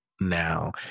now